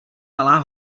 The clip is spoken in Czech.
malá